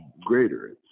greater